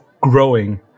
growing